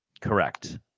Correct